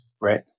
right